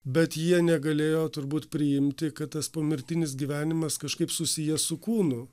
bet jie negalėjo turbūt priimti kad tas pomirtinis gyvenimas kažkaip susijęs su kūnu